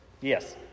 Yes